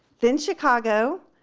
then chicago,